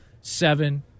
seven